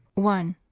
one.